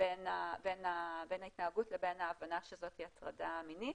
בין ההתנהגות לבין ההבנה שזאת הטרדה מינית.